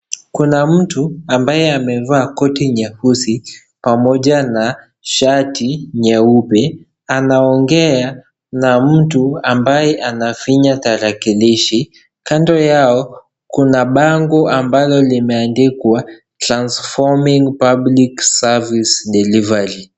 Kuna mtu, ambaye amevaa koti nyeusi, pamoja na shati nyeupe. Anaongea na mtu ambaye anafinya tarakilishi. Kando yao, kuna bango ambalo limeandikwa transforming public service delivery .